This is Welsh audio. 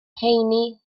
rheini